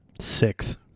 Six